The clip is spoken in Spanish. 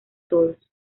todos